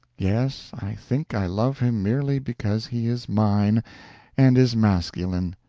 yes, i think i love him merely because he is mine and is masculine.